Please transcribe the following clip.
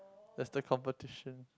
lesser competition